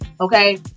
Okay